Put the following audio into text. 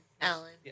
Alan